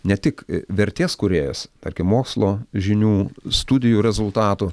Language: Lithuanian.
ne tik vertės kūrėjas tarkim mokslo žinių studijų rezultatų